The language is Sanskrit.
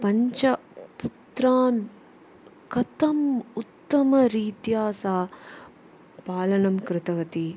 पञ्चपुत्रान् कथम् उत्तमरीत्या सा पालनं कृतवती